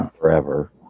forever